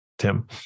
Tim